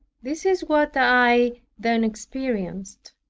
this is what i then experienced.